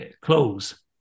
close